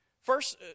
First